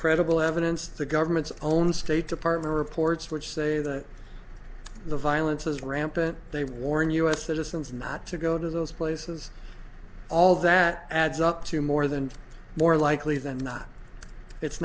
credible evidence the government's own state department reports which say that the violence is rampant they warn us citizens not to go to those places all that adds up to more than more likely than not it's